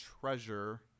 treasure